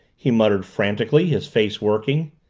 he muttered frantically, his face working.